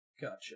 Gotcha